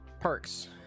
perks